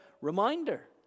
reminder